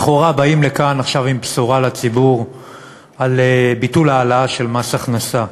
לכאורה באים לכאן עכשיו עם בשורה לציבור של ביטול ההעלאה של מס הכנסה.